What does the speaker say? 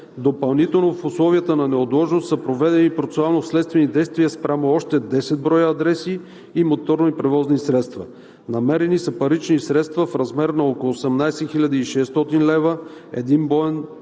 Допълнително в условията на неотложност са проведени процесуално-следствени действия спрямо още 10 броя адреси и моторни превозни средства. Намерени са парични средства в размер на около 18 хил. 600 лв.; един брой газов